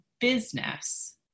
business